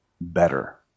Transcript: better